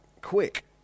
quick